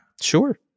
Sure